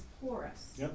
porous